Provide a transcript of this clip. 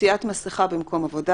עטיית מסכה במקום עבודה